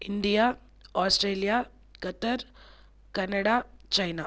India Australia Qatar Canada China